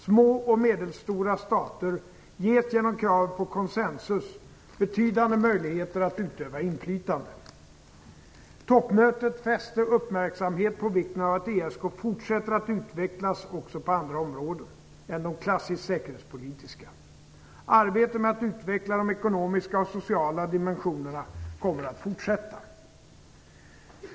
Små och medelstora stater ges genom krav på konsensus betydande möjligheter att utöva inflytande. Toppmötet fäste uppmärksamhet på vikten av att ESK fortsätter att utvecklas också på andra områden än de klassiskt säkerhetspolitiska. Arbetet med att utveckla de ekonomiska och sociala dimensionerna kommer att fortsätta.